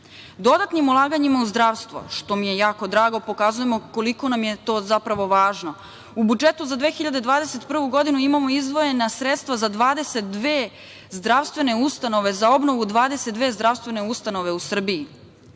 centre. Dodatnim ulaganjima u zdravstvo, što mi je jako drago, pokazujemo koliko nam je to zapravo važno. U budžetu za 2021. godinu imamo izdvojena sredstva za 22 zdravstvene ustanove, za